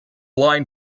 line